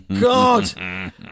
God